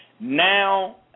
Now